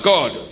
God